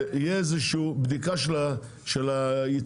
שתהיה איזושהי בדיקה של הייצור,